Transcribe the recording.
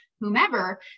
whomever